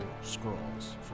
scrolls